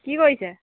কি কৰিছে